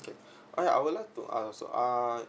okay oh ya I would like to ask uh